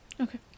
Okay